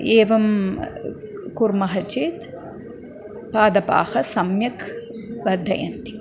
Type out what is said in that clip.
एवं कुर्मः चेत् पादपाः सम्यक् वर्धयन्ति